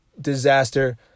disaster